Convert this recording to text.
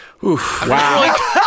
Wow